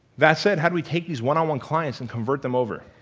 that said, how do we take these one-on-one clients and convert them over.